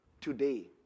Today